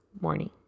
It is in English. morning